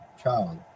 child